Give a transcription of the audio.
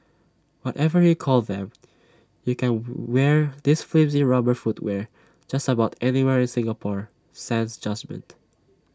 whatever you call them you can wear this flimsy rubber footwear just about anywhere in Singapore sans judgement